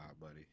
buddy